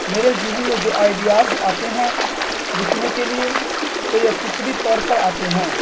میرے ذہن میں آئیڈیاز آتے ہیں لکھنے کے لیے تو یہ فطری طور پر آتے ہیں